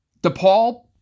DePaul